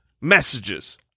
messages